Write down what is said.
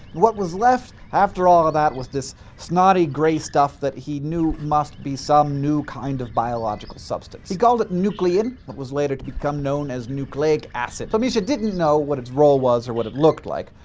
and what was left, after all of that, was this snotty gray stuff that he knew must be some new kind of biological substance. he called it nuclein, what was later to become known as nucleic acid. but miescher didn't know what its role was or what it looked like.